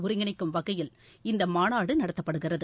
ஒருங்கிணைக்கும் வகையில் இந்த மாநாடு நடத்தப்படுகிறது